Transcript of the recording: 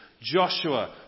Joshua